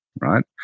right